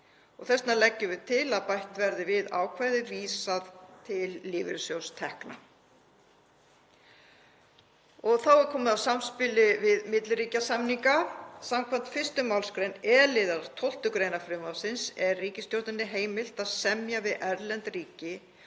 vegna leggjum við til að bætt verði við ákvæðið vísan til lífeyrissjóðstekna. Þá er komið að samspili við milliríkjasamninga. Samkvæmt 1. mgr. e-liðar 12. gr. frumvarpsins er ríkisstjórn heimilt að semja við erlend ríki